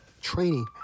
training